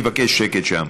אני מבקש שקט שם.